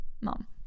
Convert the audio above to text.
mom